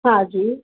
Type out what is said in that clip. हा जी